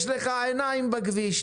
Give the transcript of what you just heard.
יש לך עיניים בכביש,